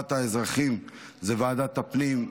לטובת האזרחים זאת ועדת הפנים,